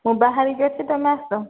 ମୁଁ ବାହରିକି ଆସୁଛି ତୁମେ ଆସ